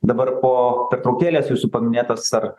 dabar po pertraukėlės jūsų paminėtas ar